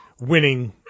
winning